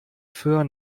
föhr